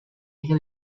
eje